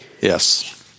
Yes